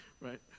right